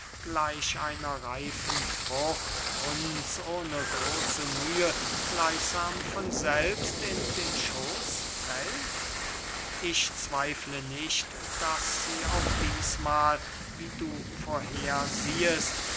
gleich einer reifen frucht uns ohne große mühe gleichsam von selbst in den schooß fällt ich zweifle nicht daß sie auch dießmahl wie du